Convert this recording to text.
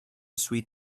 sweet